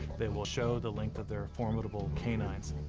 they will show the length of their formidable canines.